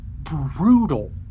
brutal